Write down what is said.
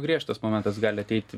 griežtas momentas gali ateiti